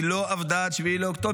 היא לא עבדה עד 7 באוקטובר?